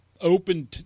open